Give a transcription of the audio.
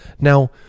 Now